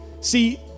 See